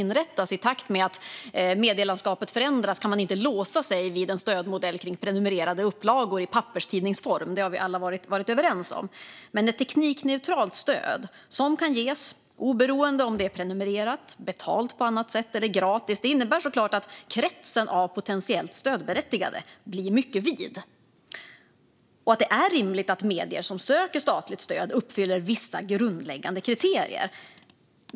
I och med att medielandskapet förändras kan man inte låsa sig vid en stödmodell kring prenumererade upplagor i papperstidningsform. Det har vi alla varit överens om. Men ett teknikneutralt stöd som kan ges oberoende av om det är prenumeration, betalt på annat sätt eller gratis innebär såklart att kretsen av potentiellt stödberättigade blir mycket vid. Det är rimligt att medier som söker statligt stöd uppfyller vissa grundläggande kriterier.